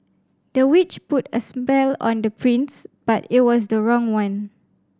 the witch put a spell on the prince but it was the wrong one